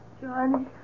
Johnny